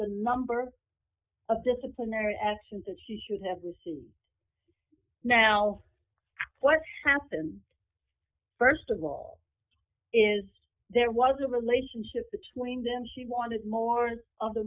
the number of disciplinary actions that she should have we see now what happened st of all is there was a relationship between them she wanted more